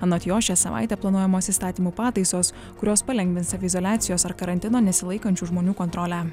anot jo šią savaitę planuojamos įstatymų pataisos kurios palengvins saviizoliacijos ar karantino nesilaikančių žmonių kontrolę